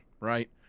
right